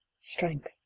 strength